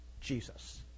Jesus